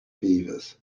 fevers